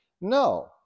No